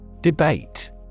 Debate